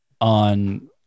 on